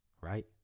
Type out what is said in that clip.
Right